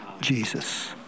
Jesus